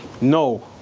No